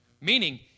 meaning